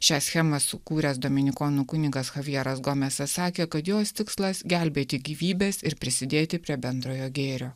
šią schemą sukūręs dominikonų kunigas chavjeras gomesas sakė kad jos tikslas gelbėti gyvybes ir prisidėti prie bendrojo gėrio